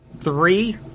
Three